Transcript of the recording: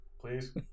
Please